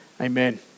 amen